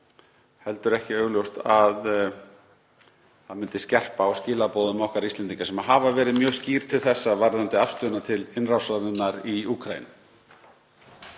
heldur ekki augljóst að það myndi skerpa á skilaboðum okkar Íslendinga sem hafa verið mjög skýr til þessa varðandi afstöðuna til innrásarinnar í Úkraínu.